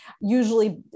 usually